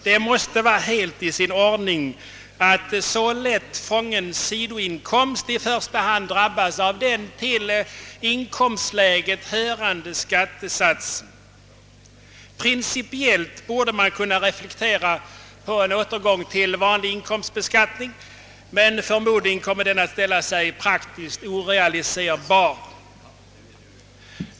Det måste vara helt i sin ordning att så lätt fången sidoinkomst i första hand drabbas av den till inkomstläget hörande skattesatsen. Principiellt borde man kunna reflektera på en återgång till vanlig inkomstbeskattning, men förmodligen kommer den att ställa sig praktiskt orealiserbar.